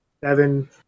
seven